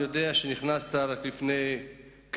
אני יודע שנכנסת לתפקיד רק לפני כחודשיים,